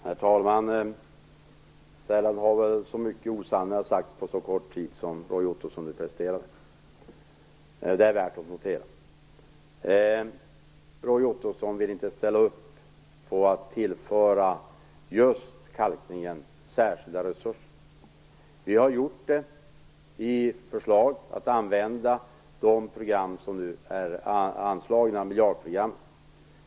Herr talman! Sällan har så många osanningar sagts på så kort tid som Roy Ottosson nu presterade. Det är värt att notera. Roy Ottosson vill inte ställa upp på att tillföra just kalkningen särskilda resurser. Vi har föreslagit att man skall använda de pengar som nu är anslagna i miljardprogrammen.